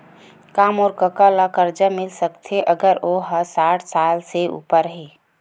का मोर कका ला कर्जा मिल सकथे अगर ओ हा साठ साल से उपर हे?